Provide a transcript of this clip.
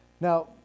Now